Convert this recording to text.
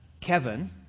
kevin